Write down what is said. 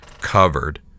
covered